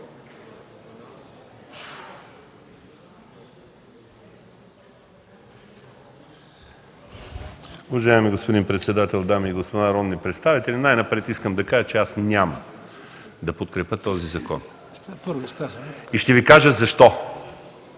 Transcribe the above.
Уважаеми господин председател, дами и господа народни представители! Най-напред искам да кажа, че аз няма да подкрепя този закон. И ще ви кажа защо.